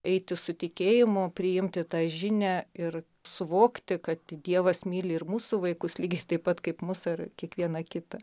eiti su tikėjimu priimti tą žinią ir suvokti kad dievas myli ir mūsų vaikus lygiai taip pat kaip mus ar kiekvieną kitą